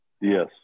Yes